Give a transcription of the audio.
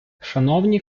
шановні